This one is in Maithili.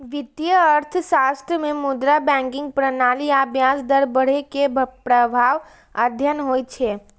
वित्तीय अर्थशास्त्र मे मुद्रा, बैंकिंग प्रणाली आ ब्याज दर बढ़ै के प्रभाव अध्ययन होइ छै